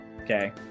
Okay